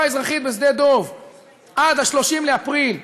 האזרחית בשדה-דב עד 30 באפריל למניינם,